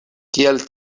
kiel